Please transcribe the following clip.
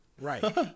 Right